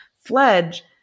fledge